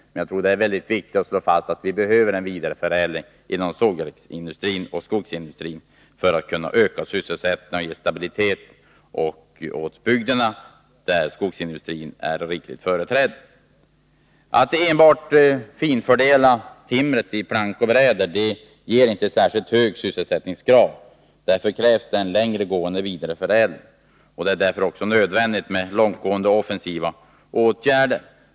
Men jag tror att det är viktigt att slå fast att vi behöver en vidareförädling inom sågverksindustrin och skogsindustrin för att öka sysselsättningen och ge stabilitet åt de bygder där skogsindustrin är rikligt företrädd. Att enbart fördela timret till plank och bräder ger inte särskilt hög sysselsättningsgrad. Det krävs en längre gående vidareförädling. Därför är det också nödvändigt med långtgående och offensiva åtgärder.